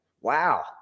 wow